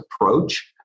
approach